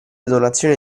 donazione